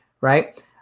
right